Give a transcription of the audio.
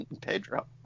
Pedro